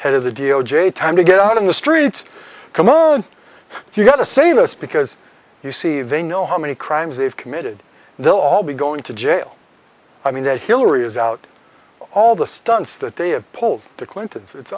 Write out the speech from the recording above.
head of the d o j time to get out in the streets c'mon you got to say this because you see they know how many crimes they've committed and they'll all be going to jail i mean that hillary is out all the stunts that they have pulled the clintons it's